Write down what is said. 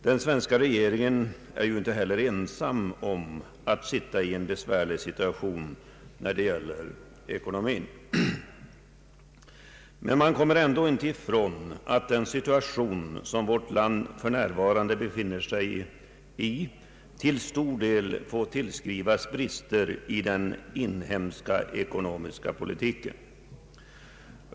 Den svenska regeringen är inte ensam om att sitta i en besvärlig ekonomisk situation, men man kommer ändå inte ifrån att den situation som vårt land för närvarande befinner sig i till stor del får tillskrivas brister i den inhemska ekonomiska politiken.